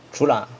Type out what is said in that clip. true lah